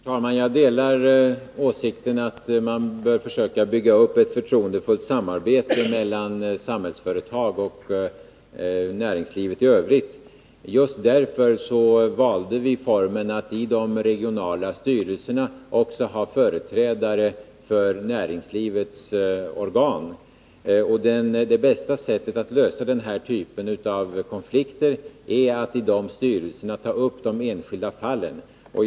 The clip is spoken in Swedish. Herr talman! Jag delar åsikten att man bör försöka bygga upp ett förtroendefullt samarbete mellan Samhällsföretag och näringslivet i övrigt. Just därför valde vi formen att i de regionala styrelserna också ha företrädare för näringslivets organ. Det bästa sättet att lösa den här typen av konflikter är att i de styrelserna ta upp de enskilda fallen.